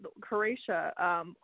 Croatia